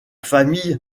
famille